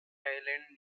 island